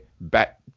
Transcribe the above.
back